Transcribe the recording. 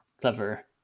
clever